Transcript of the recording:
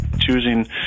choosing